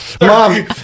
mom